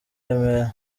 remera